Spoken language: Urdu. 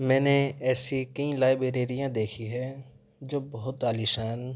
میں نے ایسی کئی لائبریریاں دیکھی ہے جو بہت عالیشان